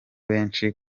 benshi